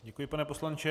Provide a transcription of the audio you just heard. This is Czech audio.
Děkuji, pane poslanče.